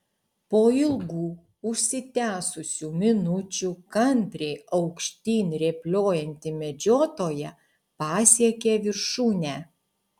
po ilgų užsitęsusių minučių kantriai aukštyn rėpliojanti medžiotoja pasiekė viršūnę